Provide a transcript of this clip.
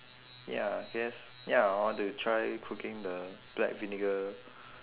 ya yes ya I want to try cooking the black vinegar